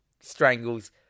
strangles